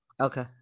Okay